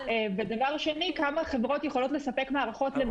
כמה חברות יכולות לספק מערכות למאות אלפי